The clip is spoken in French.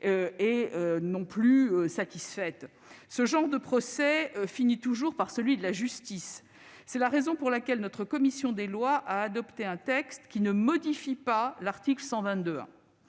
ni satisfaites. Ce genre de procès finit toujours par être celui de la justice. C'est la raison pour laquelle notre commission des lois a adopté un texte qui ne modifie pas le